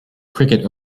cricket